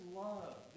love